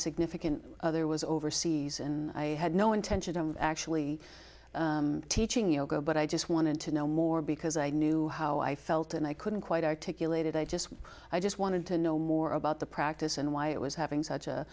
significant other was overseas and i had no intention of actually teaching yoga but i just wanted to know more because i knew how i felt and i couldn't quite articulate it i just i just wanted to know more about the practice and why it was having such a